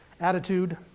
attitude